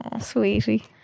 sweetie